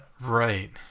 Right